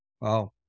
Wow